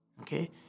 Okay